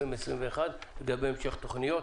לגבי המשך התכניות.